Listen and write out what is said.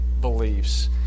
beliefs